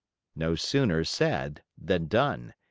no sooner said than done.